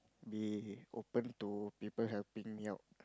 be open to people helping me out